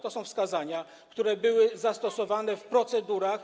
To są wskazania, które były zastosowane w procedurach.